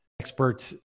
experts